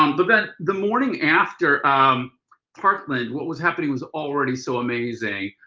um but that the morning after um parkland, what was happening was already so amazing.